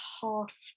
half